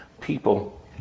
people